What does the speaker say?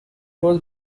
was